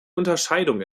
unterscheidung